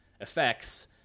effects